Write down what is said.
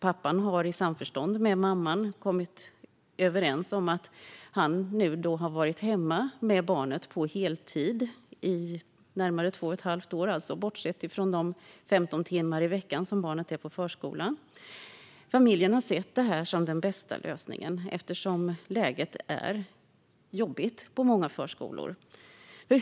Pappan har i samförstånd med mamman kommit överens om att vara hemma med barnet på heltid - i närmare två och ett halvt år, bortsett från de 15 timmar i veckan som barnet är i förskolan. Familjen har sett det som den bästa lösningen eftersom läget är jobbigt på många förskolor.